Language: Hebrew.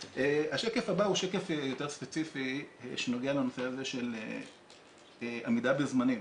השקף הבא הוא שקף יותר ספציפי שנוגע לנושא הזה של עמידה בזמנים.